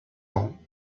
ans